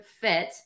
fit